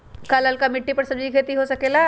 का लालका मिट्टी कर सब्जी के भी खेती हो सकेला?